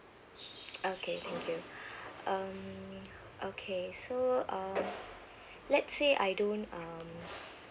okay thank you um K so so uh let's say I don't um